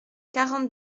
quarante